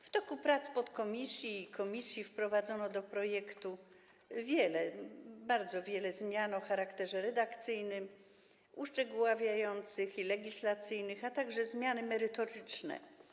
W toku prac podkomisji i komisji wprowadzono do projektu wiele zmian o charakterze redakcyjnym, uszczegółowiających i legislacyjnych, a także zmiany merytoryczne.